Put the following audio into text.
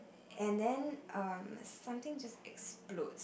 and then um somethings just explodes